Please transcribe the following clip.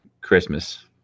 christmas